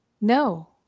no